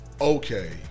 okay